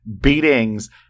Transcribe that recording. beatings